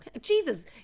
Jesus